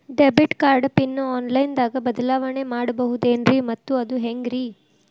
Debit card pin online ದಾಗ ಬದಲಾವಣೆ ಮಾಡಬಹುದೇನ್ರಿ ಮತ್ತು ಅದು ಹೆಂಗ್ರಿ?